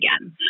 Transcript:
again